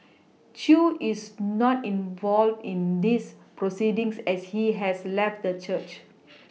Chew is not involved in these proceedings as he has left the church